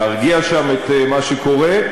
להרגיע שם את מה שקורה,